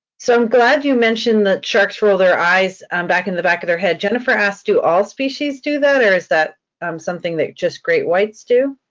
so i'm glad you mentioned that shark roll their eyes back in the back of their head, jennifer asked, do all species do that or is that something that just great whites do?